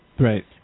Right